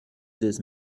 this